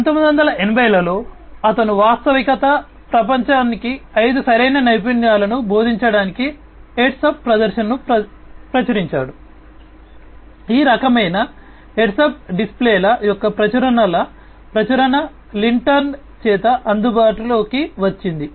1980 లలో అతను వాస్తవ ప్రపంచానికి ఐదు సరైన నైపుణ్యాలను బోధించడానికి హెడ్స్ అప్ ప్రదర్శనను ప్రచురించాడు ఈ రకమైన హెడ్స్ అప్ డిస్ప్లేల యొక్క ప్రచురణల ప్రచురణ లింటెర్న్ చేత అందుబాటులోకి వచ్చింది